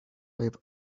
live